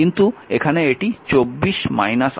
কিন্তু এখানে এটি 24 18 6 ওয়াট